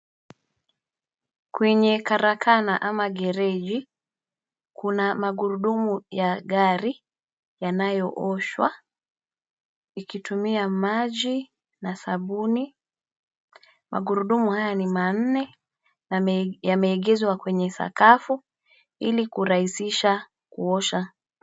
Kwenye karakana ama gereji, kuna magurudumu ya gari yanayooshwa. Ikitumia maji na sabuni, magurudumu haya ni manne yameegezwa kwenye sakafu ili kurahisisha kuosha.